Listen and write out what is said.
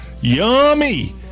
Yummy